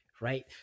right